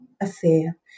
affair